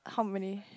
how many